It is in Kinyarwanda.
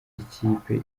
ikipe